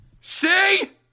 see